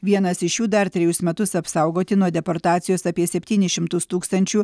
vienas iš jų dar trejus metus apsaugoti nuo deportacijos apie septynis šimtus tūkstančių